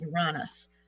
Uranus